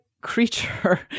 creature